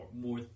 more